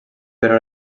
però